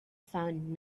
found